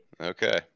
Okay